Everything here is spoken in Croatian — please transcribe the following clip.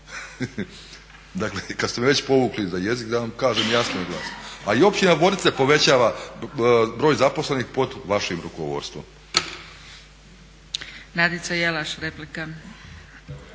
Dakle, kad ste me već povukli za jezik da vam kažem jasno i glasno. A i općina Vodice povećava broj zaposlenih pod vašim rukovodstvom. **Zgrebec, Dragica